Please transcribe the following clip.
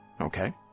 Okay